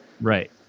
Right